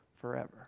forever